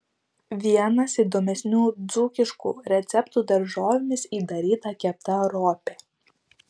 vienas įdomesnių dzūkiškų receptų daržovėmis įdaryta kepta ropė